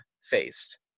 faced